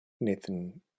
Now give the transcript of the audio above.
nathan